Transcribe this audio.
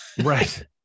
Right